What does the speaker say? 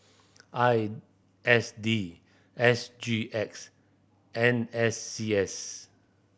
I S D S G X N S C S